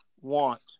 want